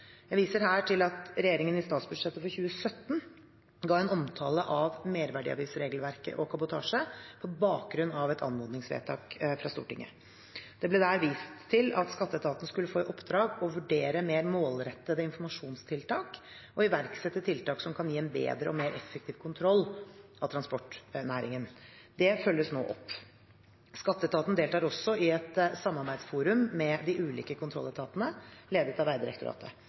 Jeg viser her til at regjeringen i statsbudsjettet for 2017 ga en omtale av merverdiavgiftsregelverket og kabotasje, på bakgrunn av et anmodningsvedtak fra Stortinget. Det ble der vist til at Skatteetaten skulle få i oppdrag å vurdere mer målrettede informasjonstiltak og iverksette tiltak som kan gi en bedre og mer effektiv kontroll av transportnæringen. Det følges nå opp. Skatteetaten deltar også i et samarbeidsforum med de ulike kontrolletatene, ledet av Vegdirektoratet.